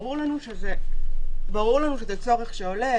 ברור לנו שזה צורך שעולה,